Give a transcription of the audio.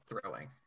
throwing